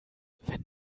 wenn